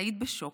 היית בשוק,